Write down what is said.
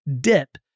dip